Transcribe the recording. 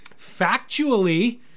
factually